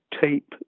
tape